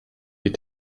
die